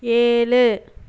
ஏழு